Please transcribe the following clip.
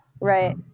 right